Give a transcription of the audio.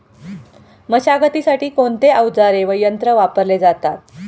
मशागतीसाठी कोणते अवजारे व यंत्र वापरले जातात?